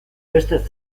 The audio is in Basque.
beste